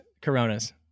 coronas